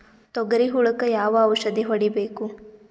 ತೊಗರಿ ಹುಳಕ ಯಾವ ಔಷಧಿ ಹೋಡಿಬೇಕು?